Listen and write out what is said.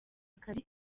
akazi